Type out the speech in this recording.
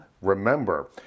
Remember